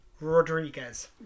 Rodriguez